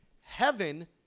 heaven